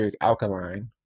alkaline